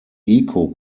eco